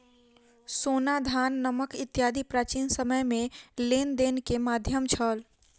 सोना, धान, नमक इत्यादि प्राचीन समय में लेन देन के माध्यम छल